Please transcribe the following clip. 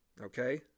okay